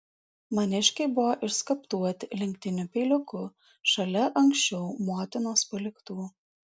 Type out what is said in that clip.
maniškiai buvo išskaptuoti lenktiniu peiliuku šalia anksčiau motinos paliktų